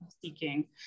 seeking